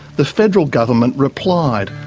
the federal government replied,